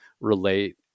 relate